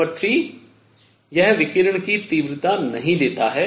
संख्या 3 यह विकिरण की तीव्रता नहीं देता है